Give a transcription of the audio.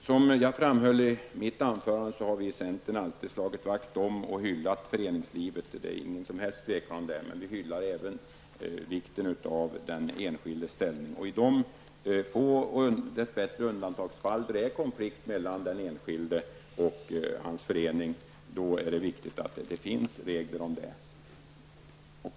Som jag framhöll i mitt anförande har vi i centern alltid slagit vakt om och hyllat föreningslivet -- det är inget som helst tvivel om det -- men vi slår också vakt om den enskildes ställning. I de få fall -- det är dess bättre undantagsfall -- då det uppstår konflikt mellan den enskilde och hans förening är det viktigt att det finns regler om det.